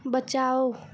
बचाओ